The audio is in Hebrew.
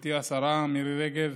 גברתי השרה מירי רגב,